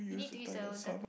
you need to eat